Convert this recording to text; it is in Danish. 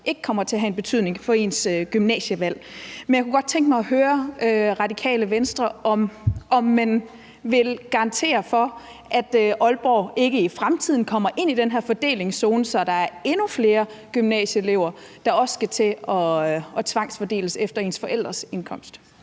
ikke kommer til at have betydning for ens gymnasievalg. Jeg kunne godt tænke mig at høre Radikale Venstre, om man vil garantere, at Aalborg ikke i fremtiden kommer ind i den her fordelingszone, så der er endnu flere gymnasieelever, der skal tvangsfordeles efter deres forældres indkomst.